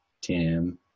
Tim